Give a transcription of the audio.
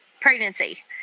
pregnancy